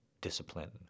discipline